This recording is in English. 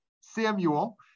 Samuel